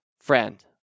friend